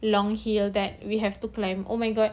long hill that we have to climb oh my god